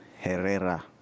Herrera